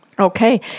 Okay